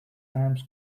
times